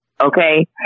okay